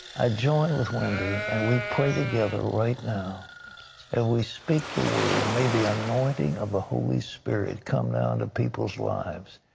i join with wendy. and we pray together right now and we speak the word. may the anointing of the holy spirit come now to and peoples lives.